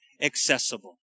accessible